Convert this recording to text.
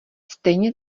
stejně